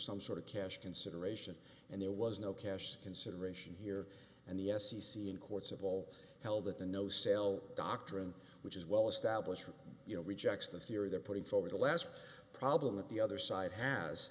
some sort of cash consideration and there was no cash consideration here and the f c c in courts of all held that the no sale doctrine which is well established you know rejects the theory they're putting forward the last problem that the other side has